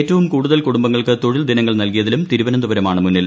ഏറ്റവും കൂടുതൽ കുടുംബങ്ങൾക്ക് തൊഴിൽ ദിനങ്ങൾ നൽകിയതിലും തിരുവനന്തപുരമാണ് മുന്നിൽ